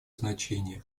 значение